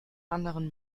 anderen